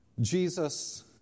Jesus